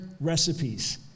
Recipes